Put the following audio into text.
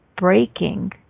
breaking